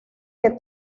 que